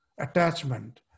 attachment